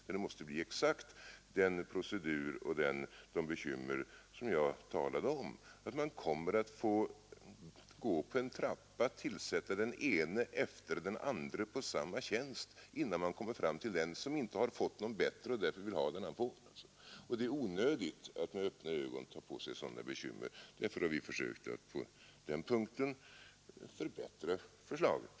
Det måste bli exakt den procedur och de bekymmer som jag talade om: Man kommer att få tillsätta den ene efter den andre på samma tjänst innan man kommer fram till den som inte har fått någon bättre och därför vill ha den han fått. Och det är onödigt att med öppna ögon ta på sig sådana bekymmer. Därför har vi försökt på den punkten förbättra förslaget.